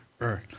earth